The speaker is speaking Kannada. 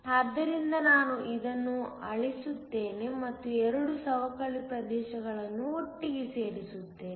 ಆದ್ದರಿಂದ ನಾನು ಇದನ್ನು ಅಳಿಸುತ್ತೇನೆ ಮತ್ತು 2 ಸವಕಳಿ ಪ್ರದೇಶಗಳನ್ನು ಒಟ್ಟಿಗೆ ಸೇರಿಸುತ್ತೇನೆ